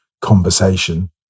conversation